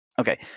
Okay